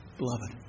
beloved